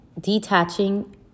detaching